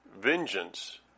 vengeance